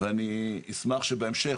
ואני אשמח שבהמשך,